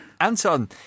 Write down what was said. Anton